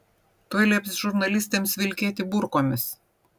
tuoj lieps žurnalistėms vilkėti burkomis